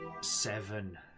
Seven